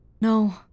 No